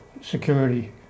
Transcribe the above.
security